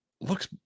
Looks